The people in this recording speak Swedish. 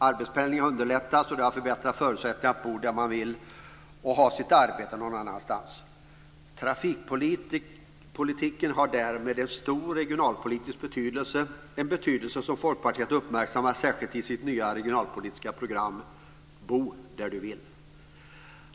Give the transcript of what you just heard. Arbetspendling har underlättats, och det har förbättrat förutsättningarna att bo där man vill och att ha sitt arbete någon annanstans. Trafikpolitiken har därmed en stor regionalpolitisk betydelse, en betydelse som Folkpartiet har uppmärksammat särskilt i sitt nya regionalpolitiska program Bo där du vill.